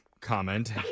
comment